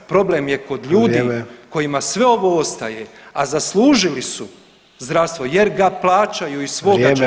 Problem je kod ljudi [[Upadica: Vrijeme.]] koji sve ovo ostaje, a zaslužili su zdravstvo jer ga plaćaju iz svoga